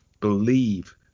believe